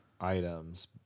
items